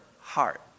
heart